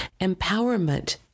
empowerment